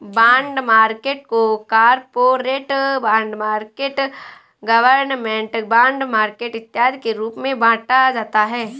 bond market को corporate bond market government bond market इत्यादि के रूप में बांटा जाता है